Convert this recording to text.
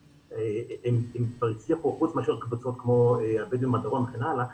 הם כבר הצליחו חוץ מאשר קבוצות כמו הבדואים בדרום וכן הלאה,